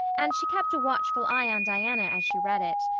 and she kept a watchful eye on diana as she read it.